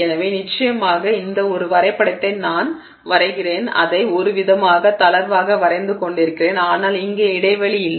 எனவே நிச்சயமாக இந்த ஒரு வரைபடத்தை நான் வரைகிறேன் நான் அதை ஒருவித தளர்வாக வரைந்து கொண்டிருக்கிறேன் ஆனால் இங்கே இடைவெளி இல்லை